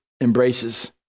embraces